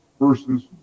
versus